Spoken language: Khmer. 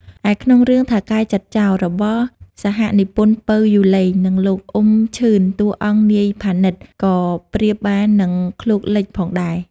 ឯក្នុងរឿង "ថៅកែចិត្តចោរ" របស់សហនិពន្ធ ពៅ យូឡេង និងលោក អ៊ុំ ឈឺន តួអង្គ នាយ ផានីត ក៏ប្រៀបបាននឹង "ឃ្លោកលិច" ផងដែរ។